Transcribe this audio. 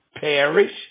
perish